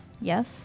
Yes